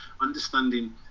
understanding